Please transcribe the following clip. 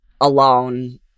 alone